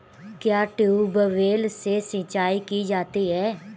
क्या ट्यूबवेल से सिंचाई की जाती है?